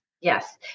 Yes